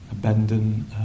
Abandon